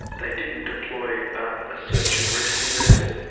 they didn't deploy a search and rescue vessel.